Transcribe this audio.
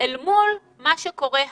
אל מול מה שקורה היום,